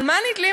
על מה נתלים?